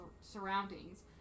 surroundings